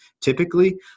typically